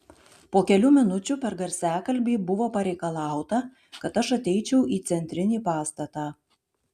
po kelių minučių per garsiakalbį buvo pareikalauta kad aš ateičiau į centrinį pastatą